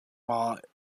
mall